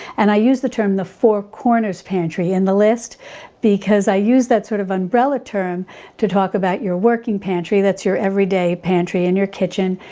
and i use the term the four corners pantry in the list because i use that sort of umbrella term to talk about your working pantry. that's your everyday pantry in your kitchen,